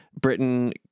Britain